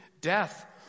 Death